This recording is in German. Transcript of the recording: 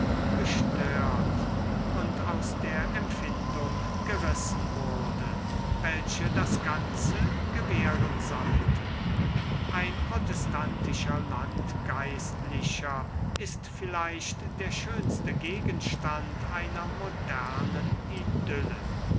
gestört und aus der empfindung gerissen wurde welche das ganze gewähren sollte ein protestantischer landgeistlicher ist vielleicht der schönste gegenstand einer modernen idylle